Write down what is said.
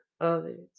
others